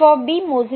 f मोजल्यास